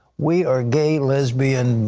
we are gay, lesbian,